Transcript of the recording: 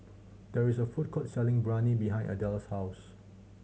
there is a food court selling Biryani behind Adella's house